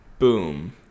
Boom